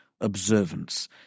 observance